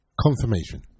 Confirmation